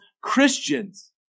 Christians